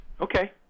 Okay